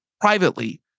privately